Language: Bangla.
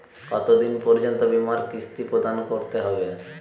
কতো দিন পর্যন্ত বিমার কিস্তি প্রদান করতে হবে?